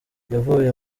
yavuye